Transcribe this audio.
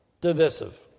Divisive